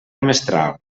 mestral